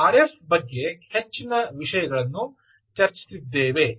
ನಾವು R F ಬಗ್ಗೆ ಹೆಚ್ಚಿನ ವಿಷಯಗಳನ್ನು ಚರ್ಚಿಸಿದ್ದೇವೆ